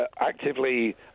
actively